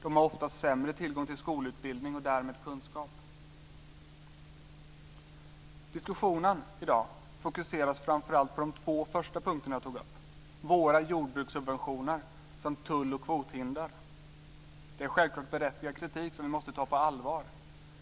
De har oftast sämre tillgång till skolutbildning och därmed kunskap. Diskussionen fokuseras i dag framför allt på de två första punkterna, nämligen våra jordbrukssubventioner samt tull och kvothinder. Det är självklart berättigad kritik som vi måste ta på allvar.